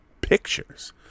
pictures